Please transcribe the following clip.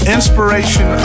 Inspiration